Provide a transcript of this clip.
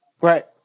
Right